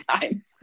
time